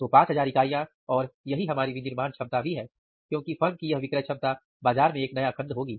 तो 5000 इकाइयां और यही हमारी विनिर्माण क्षमता भी है क्योंकि फर्म की यह विक्रय क्षमता बाजार में एक नया खंड होगी